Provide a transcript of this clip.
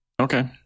okay